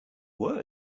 were